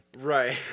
Right